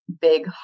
big